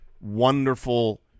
wonderful